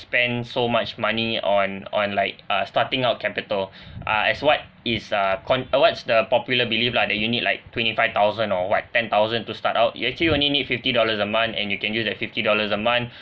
spend so much money on on like uh starting out capital uh as what is a con~ uh what's the popular believe lah that you need like twenty five thousand or what ten thousand to start out you only need fifty dollars a month and you can use that fifty dollars a month